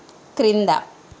క్రింద